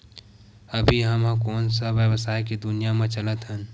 अभी हम ह कोन सा व्यवसाय के दुनिया म चलत हन?